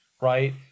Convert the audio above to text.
right